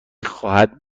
خواهد